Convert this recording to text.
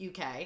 UK